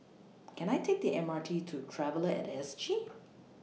Can I Take The M R T to Traveller At S G